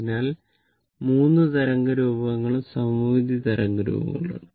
അതിനാൽ ഈ 3 തരംഗ രൂപങ്ങളും സമമിതി തരംഗ രൂപമാണ്